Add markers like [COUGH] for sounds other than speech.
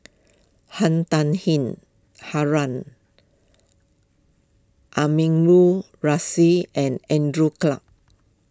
Han Tan [UNINTELLIGIBLE] Harun Aminurrashid and Andrew Clarke